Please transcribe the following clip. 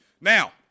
Now